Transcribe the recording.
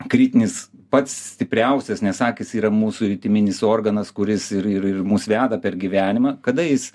kritinis pats stipriausias nes akys yra mūsų jutiminis organas kuris ir ir ir mus veda per gyvenimą kada jis